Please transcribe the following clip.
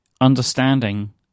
understanding